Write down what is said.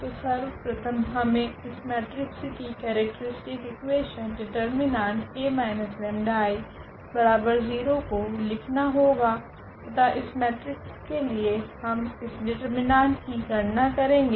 तो सर्वप्रथम हमे इस मेट्रिक्स की केरेक्ट्रीस्टिक इकुवेशन detA 𝜆I0 को लिखना होगा तथा इस मेट्रिक्स के लिए हम इस डिटर्मिनेंट की गणना करेगे